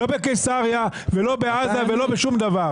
לא בקיסריה ולא בעזה ולא בשום דבר.